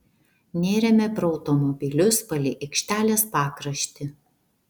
nėrėme pro automobilius palei aikštelės pakraštį